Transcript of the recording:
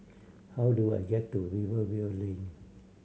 how do I get to Rivervale Lane